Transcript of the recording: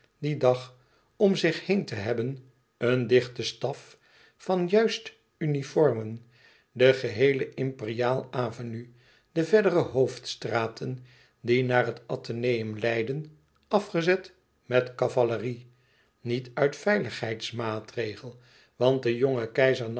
dien dag om zich heen te hebben een dichten staf van juist uniformen de geheele inperiaal avenue de verdere hoofdstraten die naar het atheneum leidden afgezet met cavalerie niet uit veiligheidsmaatregel want de jonge keizer